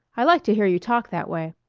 i like to hear you talk that way,